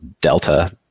Delta